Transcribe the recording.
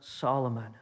Solomon